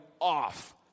off